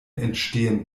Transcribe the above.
entstehen